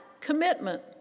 commitment